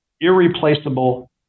irreplaceable